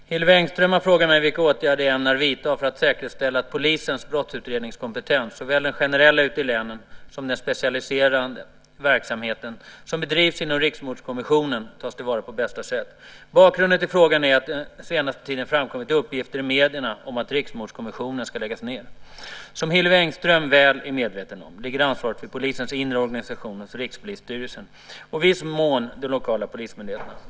Fru talman! Hillevi Engström har frågat mig vilka åtgärder jag ämnar vidta för att säkerställa att polisens brottsutredningskompetens, såväl den generella ute i länen som den specialiserade verksamheten som bedrivs inom Riksmordkommissionen, tas tillvara på bästa sätt. Bakgrunden till frågan är att det den senaste tiden framkommit uppgifter i medierna om att Riksmordkommissionen ska läggas ned. Som Hillevi Engström väl är medveten om ligger ansvaret för polisens inre organisation hos Rikspolisstyrelsen och i viss mån de lokala polismyndigheterna.